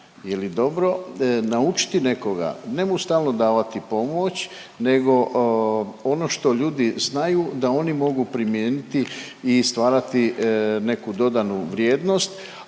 Je li dobro naučiti nekoga, ne mu stalno davati pomoć nego ono što ljudi znaju da oni mogu primijeniti i stvarati neku dodanu vrijednost,